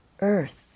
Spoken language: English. earth